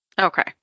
Okay